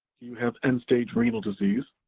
you have end stage renal disease?